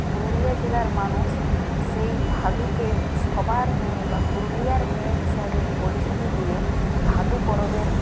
পুরুলিয়া জেলার মানুষ সেই ভাদুকে সবার মেয়ে বা পুরুলিয়ার মেয়ে হিসাবে পরিচিতি দিয়ে ভাদু পরবের